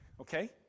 okay